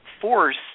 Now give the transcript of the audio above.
force